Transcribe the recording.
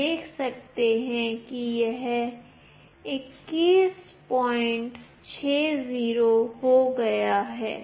आप देख सकते हैं कि यह 2160 हो गया है